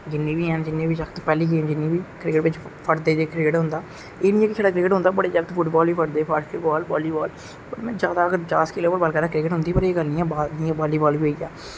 जिन्ने बी हैन जिन्ने बी जागत पैहले गेम जिन्ने बी क्रिकेट बिच क्रिकेट होंदा एह् नेई है कि छडा क्रिकेट होंदा बडे़ जागत फुटवाल बी फड़दे बाॅलीवाल लेकिन ज्यादा बच्चे क्रिकेट होंदी